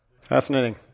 Fascinating